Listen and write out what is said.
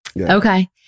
Okay